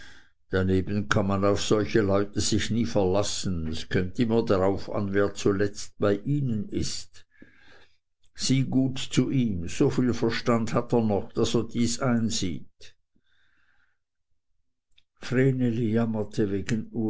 daneben kann man auf solche leute sich nie verlassen es kömmt immer darauf an wer zuletzt bei ihnen ist sieh gut zu ihm so viel verstand hat er noch daß er dies einsieht vreneli jammerte